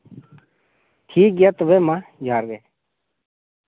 ᱴᱷᱤᱠ ᱜᱮᱭᱟ ᱛᱚᱵᱮ ᱢᱟ ᱡᱚᱦᱟᱨ ᱜᱮ